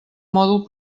mòdul